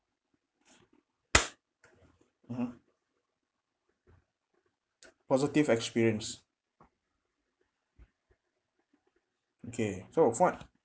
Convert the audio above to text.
mmhmm positive experience okay so fuad